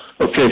Okay